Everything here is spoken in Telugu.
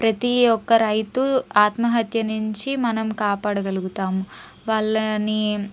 ప్రతి ఒక్క రైతు ఆత్మహత్య నించి మనం కాపాడ గలుగుతాం వాళ్ళని